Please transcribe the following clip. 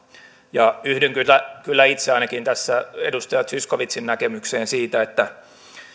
yhdyn kyllä kyllä itse ainakin tässä edustaja zyskowiczin näkemykseen siitä että